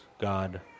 God